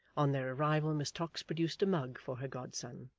on their arrival miss tox produced a mug for her godson,